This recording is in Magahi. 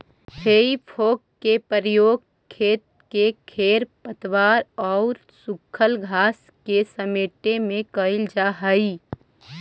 हेइ फोक के प्रयोग खेत से खेर पतवार औउर सूखल घास के समेटे में कईल जा हई